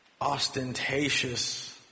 ostentatious